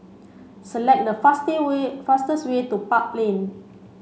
select the fast way fastest way to Park Lane